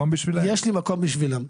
יש לי מקום עבורם,